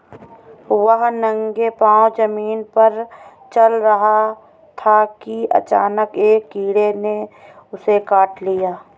वह नंगे पांव जमीन पर चल रहा था कि अचानक एक कीड़े ने उसे काट लिया